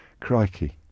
Crikey